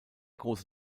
große